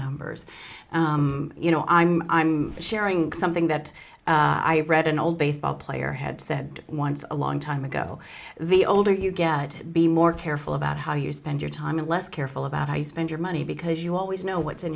numbers you know i'm i'm sharing something that i read an old baseball player had said once a long time ago the older you get to be more careful about how you spend your time and less careful about how you spend your money because you always know what's in